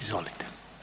Izvolite.